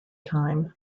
time